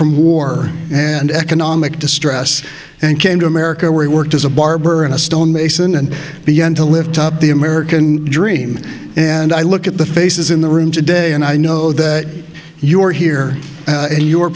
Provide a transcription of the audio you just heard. from war and economic distress and came to america where he worked as a barber in a stonemason and began to lift up the american dream and i look at the faces in the room today and i know that you're here and your